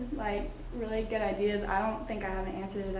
like really good ideas. i don't think i have an answer